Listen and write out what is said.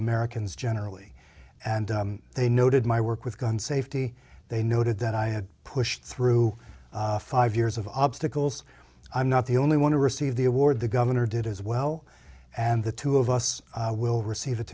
americans generally and they noted my work with gun safety they noted that i had pushed through five years of obstacles i'm not the only one to receive the award the governor did as well and the two of us will receive